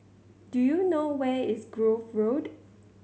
do you know where is Grove Road